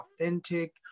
authentic